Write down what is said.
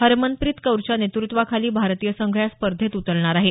हरमनप्रीत कौरच्या नेतृत्वाखाली भारतीय संघ या स्पर्धेत उतरणार आहे